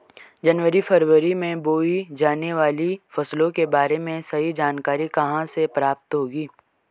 जनवरी फरवरी में बोई जाने वाली फसलों के बारे में सही जानकारी कहाँ से प्राप्त होगी?